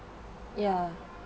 ya